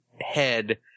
head